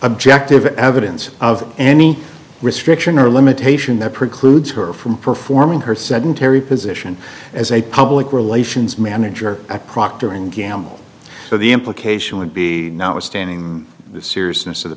objective evidence of any restriction or limitation that precludes her from performing her sedentary position as a public relations manager at procter and gamble so the implication would be notwithstanding the seriousness of the